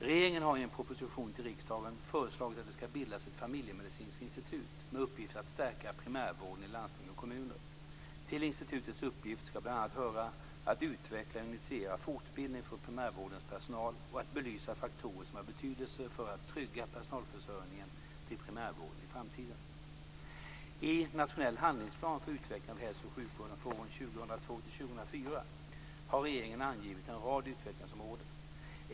Regeringen har i en proposition, 2001/02:38, till riksdagen föreslagit att det ska bildas ett familjemedicinskt institut med uppgift att stärka primärvården i landsting och kommuner. Till institutets uppgift ska bl.a. höra att utveckla och initiera fortbildning för primärvårdens personal och att belysa faktorer som har betydelse för att trygga personalförsörjningen till primärvården i framtiden. I den nationella handlingsplanen för utveckling av hälso och sjukvården för åren 2002-2004 har regeringen angivit en rad utvecklingsområden.